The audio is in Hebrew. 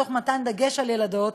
בדגש על ילדות,